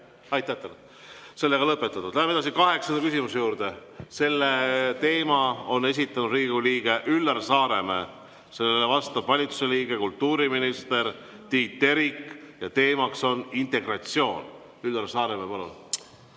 Aitäh teile! See teema on lõpetatud. Läheme edasi kaheksanda küsimuse juurde. Selle teema on esitanud Riigikogu liige Üllar Saaremäe, vastab valitsuse liige kultuuriminister Tiit Terik ja teemaks on integratsioon. Üllar Saaremäe, palun!